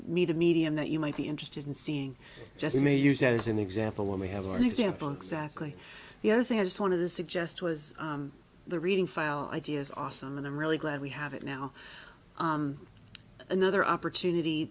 need a medium that you might be interested in seeing just maybe use that as an example when we have an example exactly the other thing i just wanted to suggest was the reading file idea is awesome and i'm really glad we have it now another opportunity